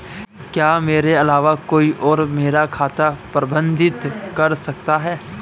क्या मेरे अलावा कोई और मेरा खाता प्रबंधित कर सकता है?